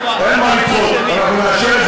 אז בוא נדחה את